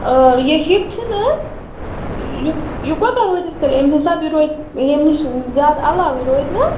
یہِ ہِپ چھِنہٕ حظ یہِ یہِ کوتاہ روزٮ۪س تیٚلہِ اَمہِ حساب یہِ روزِ ییٚمہِ نِش زیادٕ علاوٕے روزِ نہ